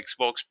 Xbox